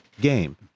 game